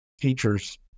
teachers